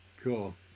Cool